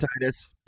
Titus